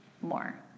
more